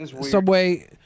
Subway